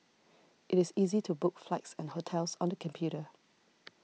it is easy to book flights and hotels on the computer